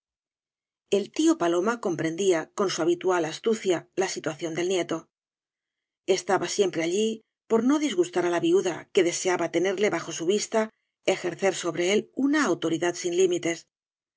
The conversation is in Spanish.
el tío paloma comprendía con su habitual as tucia la situación del nieto estaba siempre allí por no disgustar á la viuda que deseaba tenerle bajo su vista ejercer sobre él una autoridad sin limites